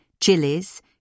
chilies